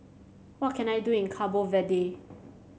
what can I do in Cabo Verde